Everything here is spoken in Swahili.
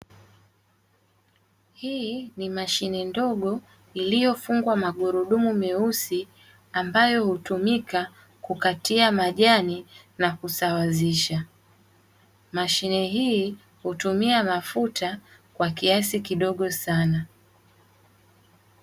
Hii ni mashine ndogo iliyofungwa magurudumu meusi, ambayo hutumika kukatia majani na kusawazisha. Mashine hii hutumia mafuta kwa kiasi kidogo sana.